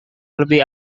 lebih